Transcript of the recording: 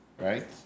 right